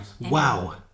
wow